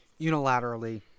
unilaterally